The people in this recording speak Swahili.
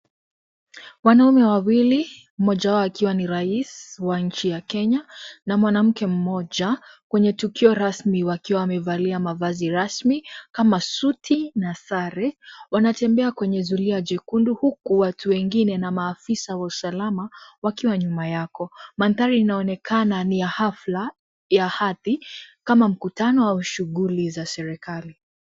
Wanaume wawili mmoja wao akiwa ni rais wa nchi ya Kenya na mwanamke mmoja kwenye tukio rasmi wakiwa wamevalia mavazi rasmi kama suti na sare. Wanatembea kwenye zulia jekundu huku watu wengine na maafisa wa usalama wakiwa nyuma yako. Mandhari inaonekana ni ya hafla ya hati kama mkutano au shughuli za serikali.